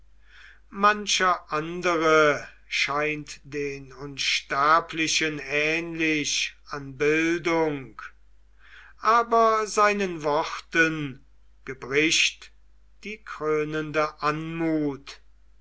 mancher andere scheint den unsterblichen ähnlich an bildung aber seinen worten gebricht die krönende anmut